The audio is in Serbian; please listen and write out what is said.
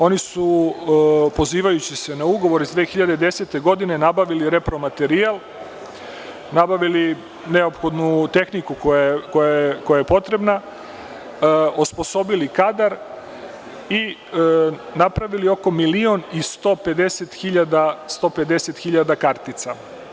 Oni su, pozivajući se na ugovor iz 2010. godine nabavili repromaterijal, neophodnu tehniku koja je potrebna, osposobili kadar i napravili oko milion i 150 hiljada kartica.